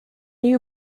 you